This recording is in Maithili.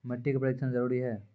मिट्टी का परिक्षण जरुरी है?